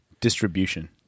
Distribution